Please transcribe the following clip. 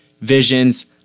visions